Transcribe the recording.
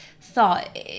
thought